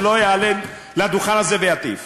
שלא יעלה לדוכן הזה ויטיף.